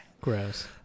gross